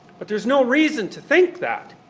but there's no reason to think that,